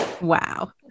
Wow